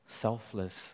selfless